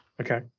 Okay